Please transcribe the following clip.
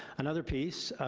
another piece,